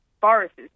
viruses